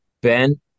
Ben